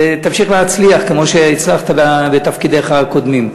ותמשיך להצליח כמו שהצלחת בתפקידיך הקודמים.